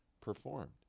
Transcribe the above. performed